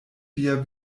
via